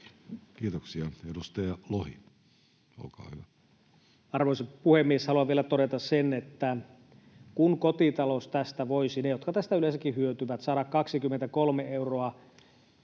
Kiitoksia. — Edustaja Lohi, olkaa hyvä. Arvoisa puhemies! Haluan vielä todeta sen, että kun kotitalous tästä voisi — ne, jotka tästä yleensäkään hyötyvät — saada 23 euroa